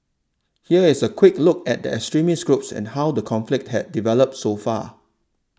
here is a quick look at the extremist groups and how the conflict has developed so far